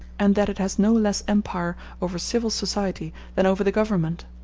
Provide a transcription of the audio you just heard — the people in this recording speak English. and that it has no less empire over civil society than over the government